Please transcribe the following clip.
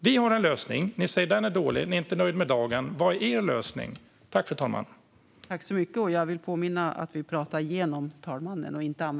Vi har en lösning, men ni säger att den är dålig. Ni är inte nöjda med hur det ser ut för dagen. Vad är er lösning? Det försökte jag göra. Jag ber om ursäkt, fru talman, om jag missade det.